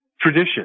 tradition